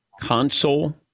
console